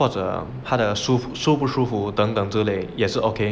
或者他的舒不舒服等等之类也是 okay